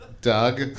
Doug